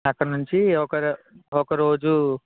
అక్కడ నుంచి ఒక ఒకరోజు